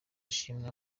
ashimwe